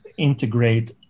integrate